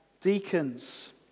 deacons